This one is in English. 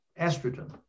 estrogen